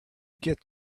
get